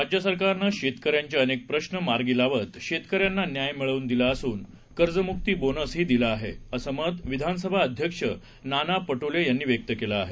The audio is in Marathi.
राज्य सरकारनं शेतकऱ्यांचे अनेक प्रश्न मार्गी लावत शेतकऱ्यांना न्याय मिळवून दिला असून कर्जम्क्ति बोनस ही दिला आहे असं मत विधानसभा अध्यक्ष नाना पटोले यांनी व्यक्त केलं आहे